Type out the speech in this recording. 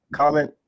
comment